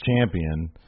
champion